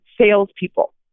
salespeople